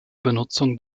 benutzung